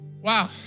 Wow